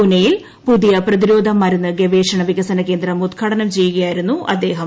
പൂനെയിൽ പുതിയ പ്രതിരോധമരുന്ന് ഗവേഷണ വികസന കേന്ദ്രം ഉദ്ഘാടനം ചെയ്യുകയായിരുന്നു അദ്ദേഹം